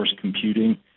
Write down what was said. computing